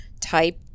type